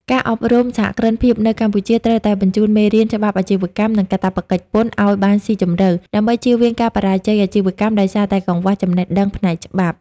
ការអប់រំសហគ្រិនភាពនៅកម្ពុជាត្រូវតែបញ្ចូលមេរៀន "ច្បាប់អាជីវកម្ម និងកាតព្វកិច្ចពន្ធ" ឱ្យបានស៊ីជម្រៅ ដើម្បីជៀសវាងការបរាជ័យអាជីវកម្មដោយសារតែកង្វះចំណេះដឹងផ្នែកច្បាប់។